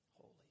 holy